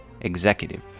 Executive